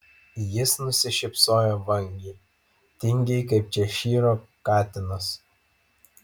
jis nusišypsojo vangiai tingiai kaip češyro katinas